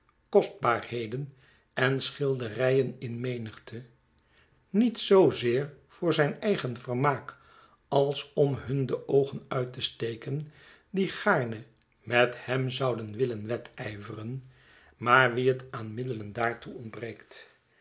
kostbaarheden en schilderijen in menigte niet zoozeer voor zijn eigen vermaak als om hun de oogen uit te steken die gaarne met hem zouden willen wedijveren maar wie het aan middelen daartoe ontbreekt